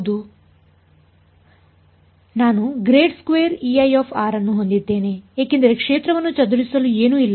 ಆದ್ದರಿಂದ ನಾನು ಅನ್ನು ಹೊಂದಿದ್ದೇನೆ ಏಕೆಂದರೆ ಕ್ಷೇತ್ರವನ್ನು ಚದುರಿಸಲು ಏನೂ ಇಲ್ಲ